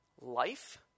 life